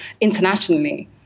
internationally